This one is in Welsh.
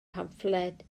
pamffled